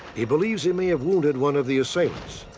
he believes he may have wounded one of the assailants.